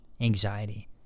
anxiety